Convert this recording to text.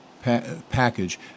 package